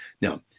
Now